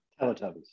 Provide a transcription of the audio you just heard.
Teletubbies